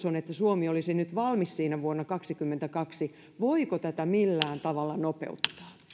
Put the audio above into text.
on että suomi olisi siinä valmis vuonna kaksikymmentäkaksi niin voiko tätä millään tavalla nopeuttaa